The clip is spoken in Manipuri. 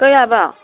ꯀꯩ ꯍꯥꯏꯕ